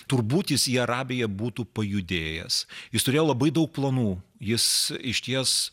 turbūt jis į arabiją būtų pajudėjęs jis turėjo labai daug planų jis išties